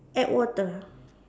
add water ah